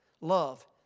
love